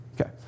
Okay